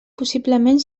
possiblement